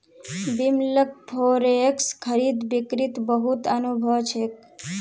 बिमलक फॉरेक्स खरीद बिक्रीत बहुत अनुभव छेक